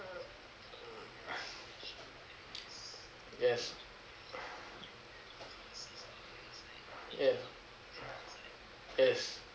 mm yes yes yes